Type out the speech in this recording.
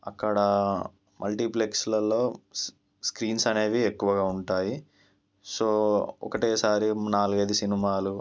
అక్కడ మల్టీప్లెక్స్లలో స్క్రీన్స్ అనేవి ఎక్కువగా ఉంటాయి సో ఒకటేసారి నాలుగు ఐదు సినిమాలు